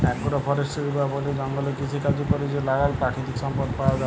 agro forestry বা বলে জঙ্গলে কৃষিকাজে ক্যরে যে লালাল পাকিতিক সম্পদ পাউয়া যায়